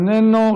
איננו,